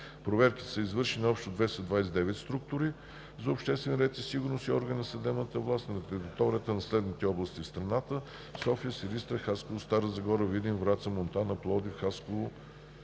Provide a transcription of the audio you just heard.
Проверките са извършени в общо 229 структури за обществен ред и сигурност и органи на съдебната власт на територията на следните области в страната: София, Силистра, Хасково, Стара Загора, Видин, Враца, Монтана, Пловдив, Хасково,